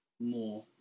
more